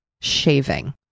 shaving